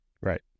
Right